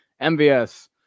MVS